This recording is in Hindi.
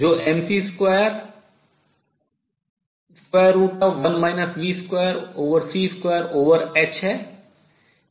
जो mc21 v2c2h है